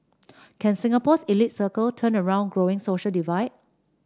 can Singapore's elite circle turn around growing social divide